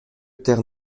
terre